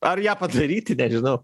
ar ją padaryti nežinau